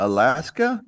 Alaska